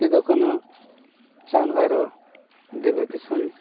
Sidhu Kanhu Chand Bhairav Diba Kisun